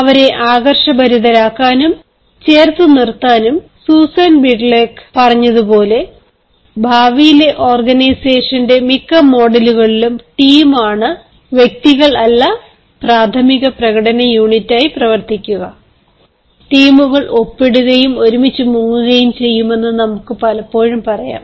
അവരെ ആകർഷഭരിതരാക്കാനും ചേർത്തുനിർത്താനും സുസെയ്ൻ ബിട്ലാകെ പറഞ്ഞപോലെ "ഭാവിയിലെ ഓർഗനൈസേഷന്റെ മിക്ക മോഡലുകളിലും ടീമാണ് വ്യക്തികൾ അല്ല പ്രാഥമിക പ്രകടന യൂണിറ്റായി പ്രവർത്തിക്കുക" ടീമുകൾ ഒപ്പിടുകയും ഒരുമിച്ച് മുങ്ങുകയും ചെയ്യുമെന്ന് നമുക്ക് പലപ്പോഴും പറയാം